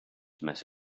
message